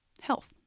health